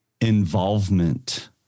involvement